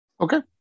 okay